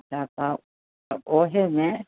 तऽ ओहेमे